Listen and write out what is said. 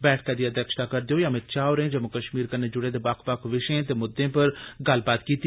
बैठका दी अध्यक्षता करदे होई अमित षाह होरें जम्मू कष्मीर कन्नै जुड़े दे बक्ख बक्ख विशयें ते मुद्दें पर गल्लबात कीती